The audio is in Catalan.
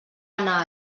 anar